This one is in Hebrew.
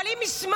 אבל אם מסמסת,